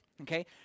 okay